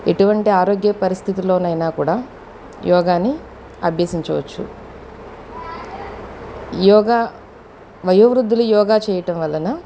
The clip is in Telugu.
ఎటువంటి ఆరోగ్య పరిస్థితులోనైనా కూడా యోగాని అభ్యసించవచ్చు యోగా వయో వృద్ధులు యోగా చేయటం వలన